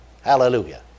Hallelujah